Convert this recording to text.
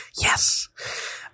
Yes